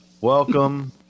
Welcome